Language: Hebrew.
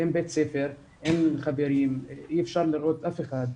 אין בית ספר, אין חברים, אי אפשר לראות אף אחד.